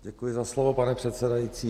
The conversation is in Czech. Děkuji za slovo, pane předsedající.